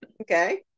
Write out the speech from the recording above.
okay